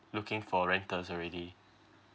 looking for renters already